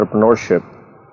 entrepreneurship